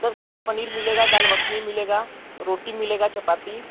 sir shahi paneer मिलेगा दाल मखनी मिलेगा रोटी मिलेगा चपाती